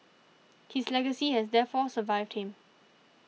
his legacy has therefore survived him